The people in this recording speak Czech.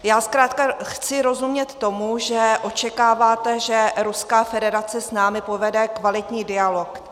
Já zkrátka chci rozumět tomu, že očekáváte, že Ruská federace s námi povede kvalitní dialog.